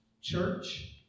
church